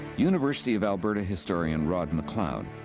university of alberta historian, rod mccleod.